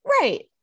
right